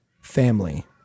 family